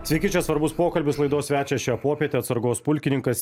sveiki čia svarbus pokalbis laidos svečias šią popietę atsargos pulkininkas